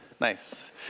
Nice